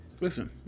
Listen